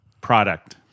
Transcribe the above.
product